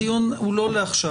הדיון הוא לא לעכשיו,